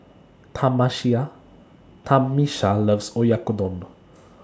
Tamisha loves Oyakodon